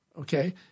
okay